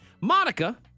Monica